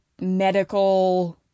medical